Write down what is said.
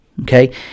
Okay